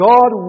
God